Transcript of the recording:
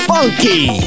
Funky